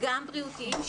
גם בריאותיים,